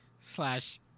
Slash